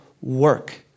work